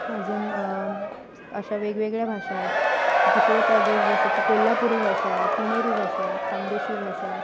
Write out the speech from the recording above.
अजून अशा वेगवेगळ्या भाषा आहेत दुसरे प्रदेश जसे की कोल्हापुरी भाषा आहे पुणेरी भाषा आहे खानदेशी भाषा आहे